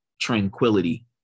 tranquility